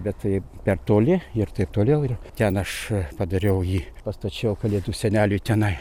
bet tai per toli ir taip toliau ir ten aš padariau jį pastačiau kalėdų seneliui tenai